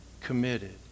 committed